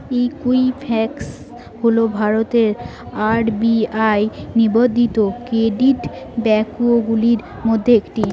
Equifax হল ভারতের RBI নিবন্ধিত ক্রেডিট ব্যুরোগুলির মধ্যে একটি